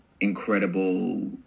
incredible